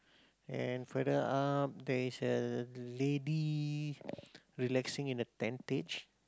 and further up there is a lady relaxing in a tentage